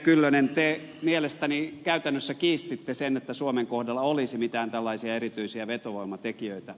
kyllönen te mielestäni käytännössä kiistitte sen että suomen kohdalla olisi mitään tällaisia erityisiä vetovoimatekijöitä